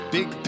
Big